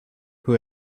who